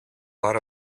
lot